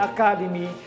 Academy